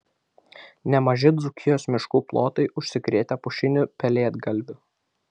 nemaži dzūkijos miškų plotai užsikrėtę pušiniu pelėdgalviu